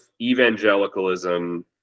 evangelicalism